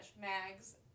Mags